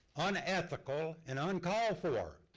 unethical and uncalled for.